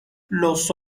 los